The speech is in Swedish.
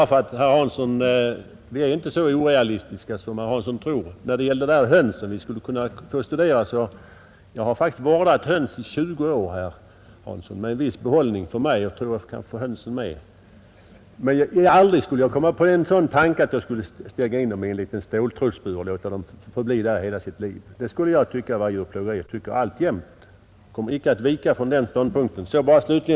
Fru talman! Vi är inte så orealistiska som herr Hansson i Skegrie tror. När det gäller de höns som han sade att vi borde studera så vill jag tala om att jag faktiskt har vårdat höns i 20 år med en viss behållning för mig och kanske för hönsen också. Jag skulle däremot aldrig ha kommit på tanken att stänga in dem i en liten ståltrådsbur i vilken de skulle få stanna under hela sitt liv. Det skulle jag ha tyckt vara djurplågeri och det tycker jag alltjämt. På den punkten kommer jag icke att vika. Sedan missuppfattade herr Hansson mig.